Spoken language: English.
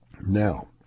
Now